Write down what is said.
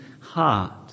heart